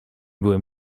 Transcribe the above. byłem